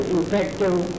Infective